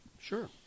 Sure